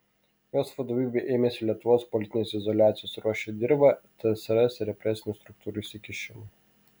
jos vadovybė ėmėsi lietuvos politinės izoliacijos ruošė dirvą tsrs represinių struktūrų įsikišimui